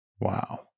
Wow